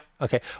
Okay